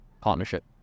partnership